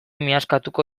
miazkatuko